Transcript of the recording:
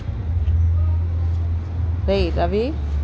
రేయ్ రవి